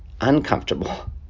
uncomfortable